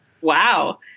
Wow